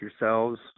yourselves